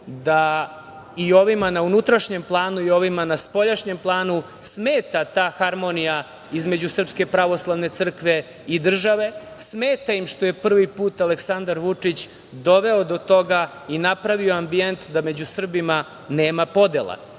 da i ovima na unutrašnjem planu i ovima na spoljašnjem planu smeta ta harmonija između SPC i države, smeta im što je prvi put Aleksandar Vučić doveo do toga i napravio ambijent da među Srbima nema podele. Zato